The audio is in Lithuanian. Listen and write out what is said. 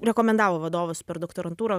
rekomendavo vadovas per doktorantūrą